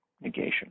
negation